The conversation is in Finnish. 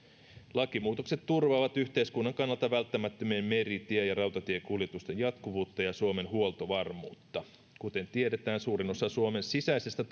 lakimuutokset turvaavat yhteiskunnan kannalta välttämättömien meri tie ja ja rautatiekuljetusten jatkuvuutta ja suomen huoltovarmuutta kuten tiedetään suurin osa suomen sisäisestä